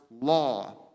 law